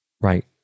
right